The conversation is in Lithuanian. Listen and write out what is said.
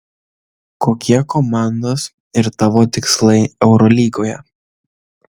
kokie komandos ir tavo tikslai eurolygoje